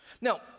now